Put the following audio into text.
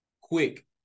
quick